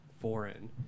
foreign